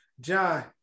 John